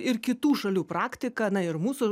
ir kitų šalių praktika na ir mūsų